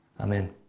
Amen